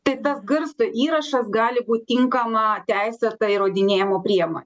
tai tas garso įrašas gali būt tinkama teisėta įrodinėjimo priemo